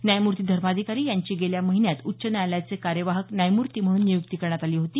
न्यायमूर्ती धर्माधिकारी यांची गेल्या महिन्यात उच्च न्यायालयाचे कार्यवाहक न्यायमूर्ती म्हणून नियुक्ती करण्यात आली होती